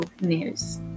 news